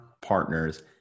partners